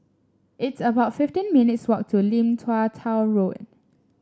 it's about fifteen minutes' walk to Lim Tua Tow Road